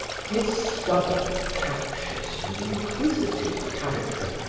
his stubborn, captious and inquisitive character,